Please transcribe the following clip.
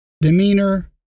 demeanor